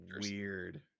Weird